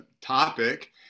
topic